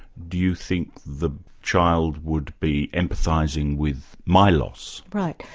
do you think the child would be empathising with my loss? right.